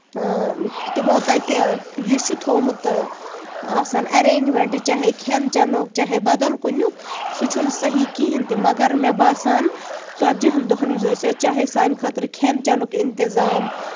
تِمو تَتہِ یہِ چھُ تھوٚومُت آسان ایٚرینٛجمینٛٹ چاہے کھیٚن چیٚنُک چاہے بدل کُنیُک سُہ چھُنہٕ صحی کِہیٖنٛۍ تہِ مَگر مےٚ باسان ژَتجۍ ہَن دۄہَن یُس أسۍ ٲسۍ چاہے سانہِ خٲطرٕ کھیٚن چیٚنُک اِنتِظام